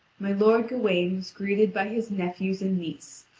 my lord gawain was greeted by his nephews and niece,